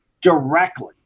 directly